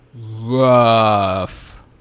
rough